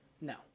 No